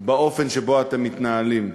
באופן שבו אתם מתנהלים: